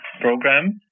program